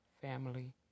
family